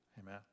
Amen